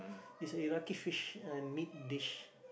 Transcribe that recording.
is a Iraq fish a meat dish